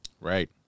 right